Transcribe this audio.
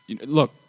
look